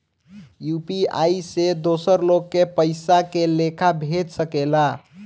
UPI से दोसर लोग के पइसा के लेखा भेज सकेला?